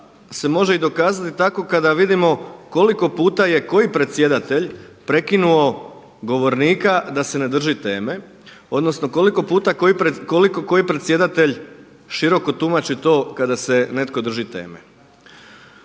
se može i dokazati tako kada vidimo koliko puta je koji predsjedatelj prekinuo govornika da se ne drži teme odnosno koliko puta koji koliko koji predsjedatelj široko tumači to kada se netko drži teme.